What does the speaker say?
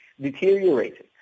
deteriorating